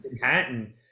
Manhattan